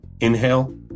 Inhale